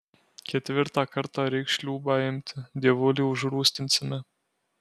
ketvirtą kartą reiks šliūbą imti dievulį užrūstinsime